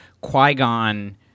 Qui-Gon